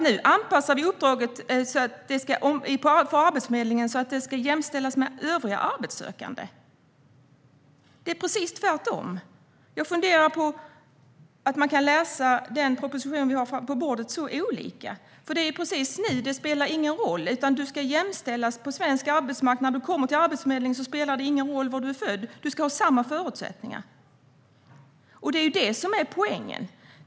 Nu anpassar vi uppdraget till Arbetsförmedlingen så att dessa människor ska jämställas med övriga arbetssökande. Det är precis tvärtom. Jag funderar på hur man kan läsa den proposition vi har på bordet så olika. Det är nämligen precis så: Det spelar ingen roll, utan du ska jämställas på svensk arbetsmarknad. När du kommer till Arbetsförmedlingen spelar det ingen roll var du är född, utan du ska ha samma förutsättningar. Det är det som är poängen.